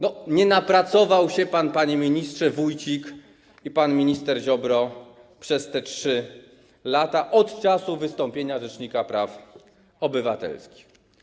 Nie napracował się pan, panie ministrze Wójcik, i pan, panie ministrze Ziobro, przez te 3 lata od czasu wystąpienia rzecznika praw obywatelskich.